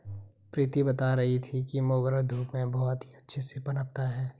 प्रीति बता रही थी कि मोगरा धूप में बहुत ही अच्छे से पनपता है